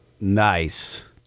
Nice